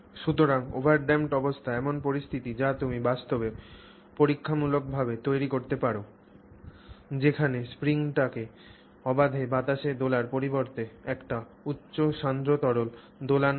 সুতরাং ওভারড্যাম্পড অবস্থা এমন পরিস্থিতি যা তুমি বাস্তবে পরীক্ষামূলকভাবে তৈরি করতে পার যেখানে স্প্রিংটিকে অবাধে বাতাসে দোলার পরিবর্তে একটি উচ্চ সান্দ্র তরলে দোলান হয়